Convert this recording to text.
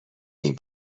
این